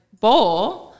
bowl